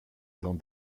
dans